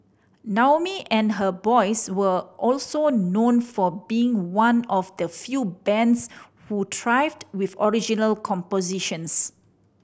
Naomi and her boys were also known for being one of the few bands who thrived with original compositions